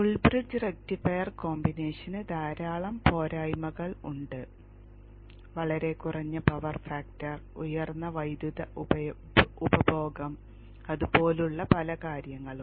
full bridge rectifier കോമ്പിനേഷന് ധാരാളം പോരായ്മകൾ ഉണ്ട് വളരെ കുറഞ്ഞ പവർ ഫാക്ടർ ഉയർന്ന വൈദ്യുത ഉപഭോഗം അതുപോലുള്ള പല കാര്യങ്ങളും